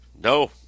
No